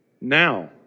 Now